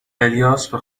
الیاس، به